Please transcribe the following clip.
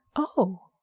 oh,